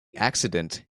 accident